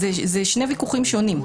אלה שני ויכוחים שונים.